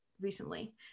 recently